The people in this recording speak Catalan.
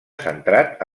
centrat